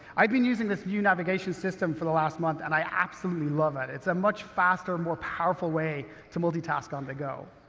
i've been using this view navigation system for the last month, and i absolutely love it. it's a much faster, more powerful way to multitask on the go.